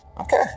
Okay